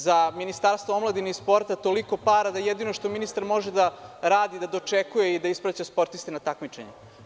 Za Ministarstvo omladine i sporta toliko para da jedino što ministar može da radi je da dočekuje ispraća sportiste na takmičenja.